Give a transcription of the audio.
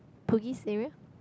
Bugis area